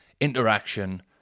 interaction